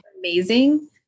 amazing